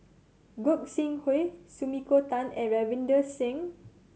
Gog Sing Hooi Sumiko Tan and Ravinder Singh